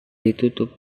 ditutup